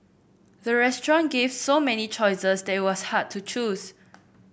the restaurant gave so many choices that it was hard to choose